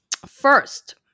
First